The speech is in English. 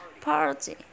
Party